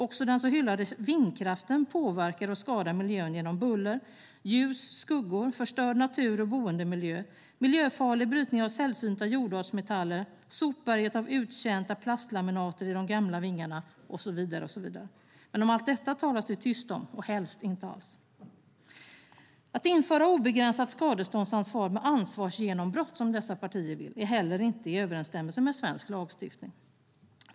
Också den så hyllade vindkraften påverkar och skadar miljön genom buller, ljus och skuggor, förstörd natur och boendemiljö, miljöfarlig brytning av sällsynta jordartsmetaller, sopberget av uttjänta plastlaminater i de gamla vingarna och så vidare. Men om allt detta talas det tyst, och helst inte alls. Att införa obegränsat skadeståndsansvar med ansvarsgenombrott som dessa partier vill är inte heller i överensstämmelse med svensk lagstiftning.